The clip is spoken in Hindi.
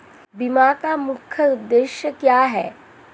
बीमा का मुख्य उद्देश्य क्या है?